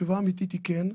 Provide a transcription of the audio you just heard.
התשובה האמיתית היא כן,